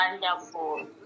Wonderful